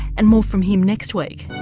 and more from him next week.